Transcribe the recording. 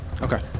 Okay